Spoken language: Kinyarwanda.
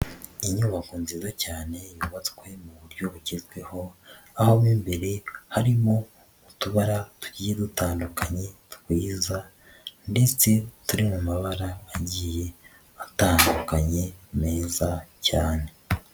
Inyubako nziza cyane yubatswe mu buryo bugezweho, aho mo imbere harimo utubara tugiye gutandukanye twiza ndetse tureba amabara agiye atandukanye meza cyane.